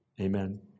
amen